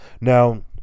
now